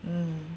mm